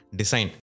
design